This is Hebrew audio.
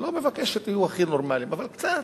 אני לא מבקש שתהיו הכי נורמלים אבל קצת.